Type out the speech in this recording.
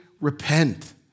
repent